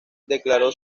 declaró